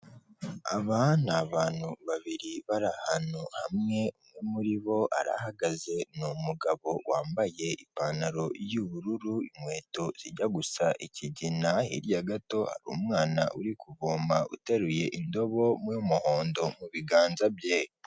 Aba ni abantu babiri bari ahantu hamwe, umwe muri bo arahagaze, ni umugabo wambaye ipantaro y'ubururu, inkweto zijya gusa ikigina, hirya gato hari umwana uri kuvoma uteruye indobo y'umuhondo mu biganza bye.